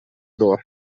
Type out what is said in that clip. дуо